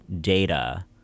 data